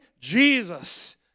Jesus